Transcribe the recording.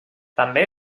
també